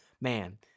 Man